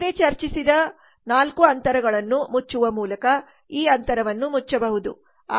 ಈ ಹಿಂದೆ ಚರ್ಚಿಸಿದ 4 ಅಂತರಗಳನ್ನು ಮುಚ್ಚುವ ಮೂಲಕ ಈ ಅಂತರವನ್ನು ಮುಚ್ಚಬಹುದು